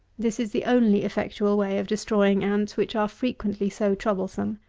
this is the only effectual way of destroying ants, which are frequently so troublesome.